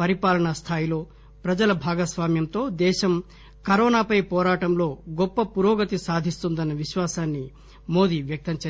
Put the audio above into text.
పరిపాలనా స్థాయిలో ప్రజల భాగస్వామ్యంతో దేశం కరోనా పై పోరాటంలో గొప్ప పురోగతి సాధిస్తుందన్న విశ్వాసాన్ని మోదీ వ్యక్తం చేశారు